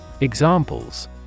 Examples